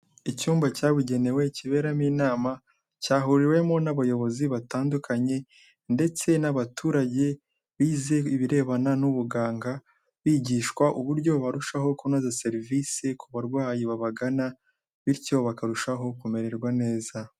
Icyumba cyabugenewe kiberamo inama, cyahuriwemo n'abayobozi batandukanye ndetse n'abaturage bize ibirebana n'ubuganga, bigishwa uburyo barushaho kunoza serivisi ku barwayi babagana bityo bakarushaho kumererwa neza.